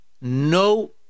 No